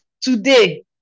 Today